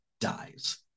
dies